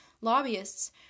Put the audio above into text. lobbyists